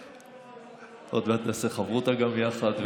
עוד מעט נעשה חברותא גם יחד,